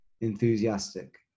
enthusiastic